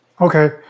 Okay